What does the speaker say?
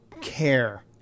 care